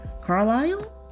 Carlisle